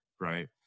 right